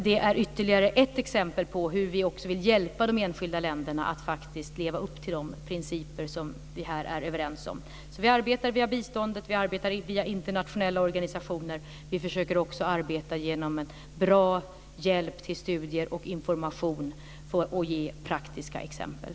Det är ytterligare ett exempel på hur vi också vill hjälpa de enskilda länderna att faktiskt leva upp till de principer som vi här är överens om. Vi arbetar via biståndet. Vi arbetar via internationella organisationer. Vi försöker också arbeta genom en bra hjälp till studier och information och ge praktiska exempel.